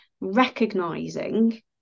recognizing